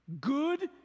good